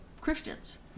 Christians